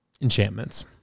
enchantments